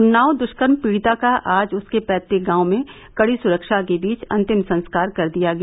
उन्नाव दुष्कर्म पीड़िता का आज उसके पैतुक गांव में कड़ी सुरक्षा के बीच अंतिम संस्कार कर दिया गया